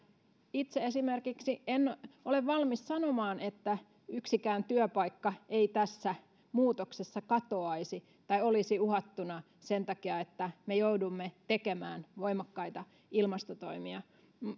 itse esimerkiksi en ole valmis sanomaan että yksikään työpaikka ei tässä muutoksessa katoaisi tai olisi uhattuna sen takia että me joudumme tekemään voimakkaita ilmastotoimia